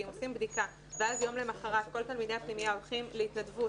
כי אם עושים בדיקה ויום למוחרת כל תלמידי הפנימייה הולכים להתנדבות,